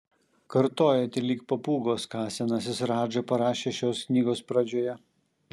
kartojate lyg papūgos ką senasis radža parašė šios knygos pradžioje